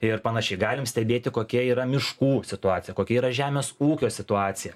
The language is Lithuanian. ir panašiai galim stebėti kokia yra miškų situacija kokia yra žemės ūkio situacija